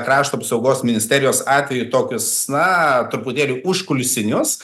krašto apsaugos ministerijos atveju tokius na truputėlį užkulsinius